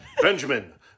benjamin